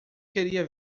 queria